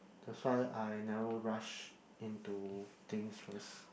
that's why I never rush into things first